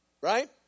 right